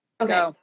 Okay